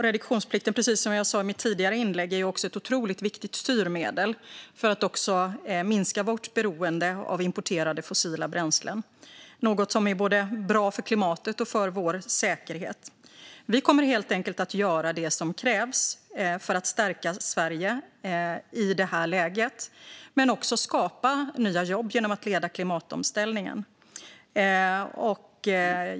Reduktionsplikten är, precis som jag sa i ett tidigare inlägg, ett otroligt viktigt styrmedel för att minska vårt beroende av importerade fossila bränslen, något som är bra både för klimatet och för vår säkerhet. Vi kommer helt enkelt att göra det som krävs för att stärka Sverige i det här läget men också skapa nya jobb genom att leda klimatomställningen.